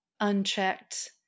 unchecked